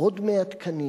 עוד 100 תקנים,